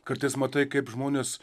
kartais matai kaip žmonės